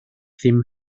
ddim